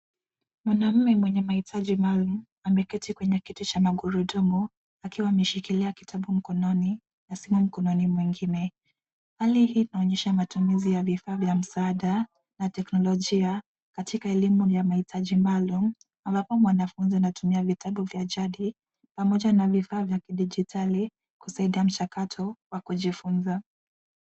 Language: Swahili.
Mwanaume mwenye mahitaji maalum ameketi kwenye kiti cha magurudumu akiwa ameshikilia kitabu mkononi na simu mkononi mwingine. Hali hii inaonyesha matumizi ya vifaa vya msaada na teknolojia katika elimu ya mahitaji maalum ambapo mwanafunzi anatumia vitabu vya jadi pamoja na vifaa vya kidijitali kusaidia mchakato wa kujifunza.